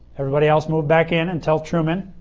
everybody else moved back in until truman.